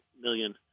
million